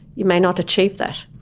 you may not achieve that.